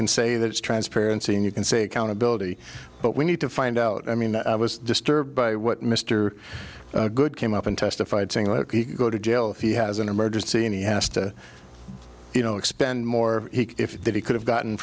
can say that it's transparency and you can say accountability but we need to find out i mean i was disturbed by what mr good came up and testified saying let's go to jail if he has an emergency and he has to you know expend more if he could have gotten